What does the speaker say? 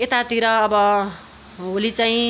यतातिर अब होली चाहिँ